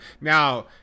Now